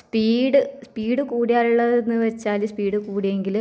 speed speed കൂടിയാലുള്ളത് എന്ന് വെച്ചാൽ സ്പീഡ് കൂടിയെങ്കിൽ